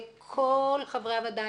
לכל חברי הוועדה,